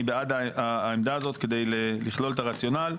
אני בעד העמדה הזאת כדי לכלול את הרציונל.